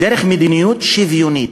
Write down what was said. דרך מדיניות שוויונית,